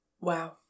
Wow